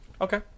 Okay